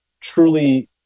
truly